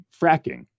fracking